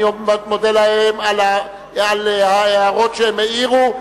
אני מודה להם על ההערות שהם העירו.